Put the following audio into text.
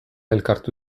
elkartu